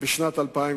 נהגים כאלה בשנת 2008,